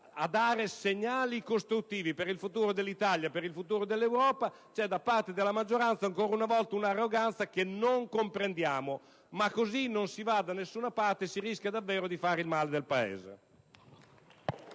a dare segnali costruttivi per il futuro dell'Italia e dell'Europa, da parte della maggioranza c'è un'arroganza che non comprendiamo. Così non si va da nessuna parte e si rischia davvero di fare del male al Paese.